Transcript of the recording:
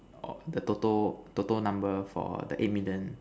of the total total number for the eight million